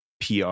PR